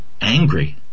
angry